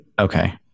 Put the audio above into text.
Okay